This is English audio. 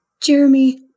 Jeremy